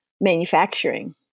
manufacturing